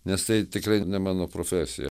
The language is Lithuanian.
nes tai tikrai ne mano profesija